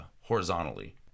horizontally